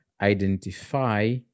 identify